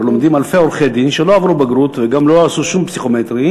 הרי לומדים אלפי עורכי-דין שלא עברו בגרות וגם לא עשו שום פסיכומטרי,